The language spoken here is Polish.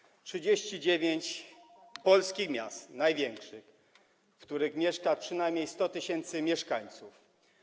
Wymieniłem 39 polskich miast, największych, w których mieszka przynajmniej po 100 tys. mieszkańców.